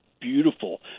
beautiful